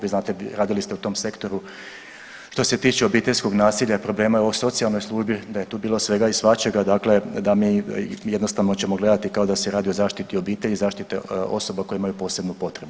Vi znate, radili ste u tom sektoru što se tiče obiteljskog nasilja i problema evo u socijalnoj službi da je tu bilo svega i svačega, dakle da mi jednostavno ćemo gledati kao da se radi o zaštiti obitelji, zaštite osoba koje imaju posebnu potrebu.